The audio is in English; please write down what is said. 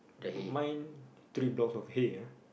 mine three blocks of hay ah